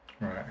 Right